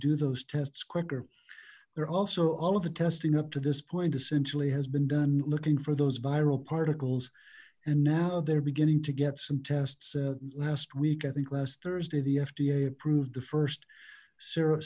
do those tests quicker they're also all of the testing up to this point essentially has been done looking for those viral particles and now they're beginning to get some tests last week i think last thursday the fda approved the first sera